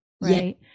right